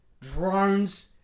drones